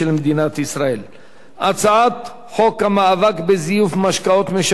הצעת חוק המאבק בזיוף משקאות משכרים, התשע"ב 2012,